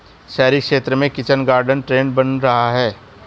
शहरी क्षेत्र में किचन गार्डन का ट्रेंड बढ़ रहा है